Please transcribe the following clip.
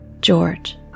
George